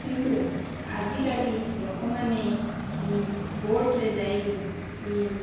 କିନ୍ତୁ ଆଜିକାଲି ଲୋକମାନେ ବୋଟ୍ ରେ ଯାଇ